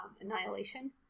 Annihilation